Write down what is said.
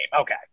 Okay